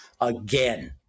again